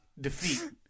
defeat